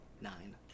nine